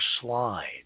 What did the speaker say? slide